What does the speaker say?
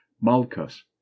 malchus